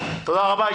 תודה רבה.